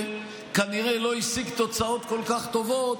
כנראה לא השיג תוצאות כל כך טובות,